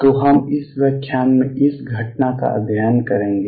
तो हम इस व्याख्यान में इस घटना का अध्ययन करेंगे